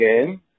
again